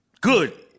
Good